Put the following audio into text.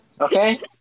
Okay